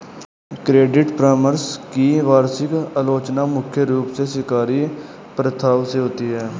credit परामर्श की वैश्विक आलोचना मुख्य रूप से शिकारी प्रथाओं से होती है